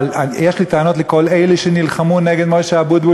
אבל יש לי טענות לכל אלה שנלחמו נגד מוישה אבוטבול